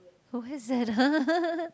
who is that